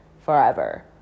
forever